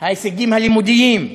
ההישגים הלימודיים.